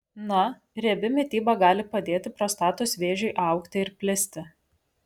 na riebi mityba gali padėti prostatos vėžiui augti ir plisti